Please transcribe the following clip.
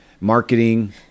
marketing